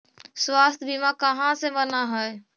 स्वास्थ्य बीमा कहा से बना है?